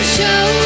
show